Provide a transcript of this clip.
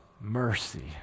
mercy